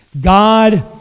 God